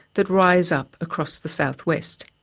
that rise up across the southwest.